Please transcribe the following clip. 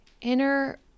inner